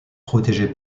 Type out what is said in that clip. protégé